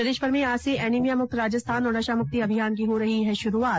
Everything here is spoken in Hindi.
प्रदेशभर में आज से एनीमिया मुक्त राजस्थान और नशामुक्ति अभियान की हो रही है शुरूआत